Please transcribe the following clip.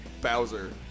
Bowser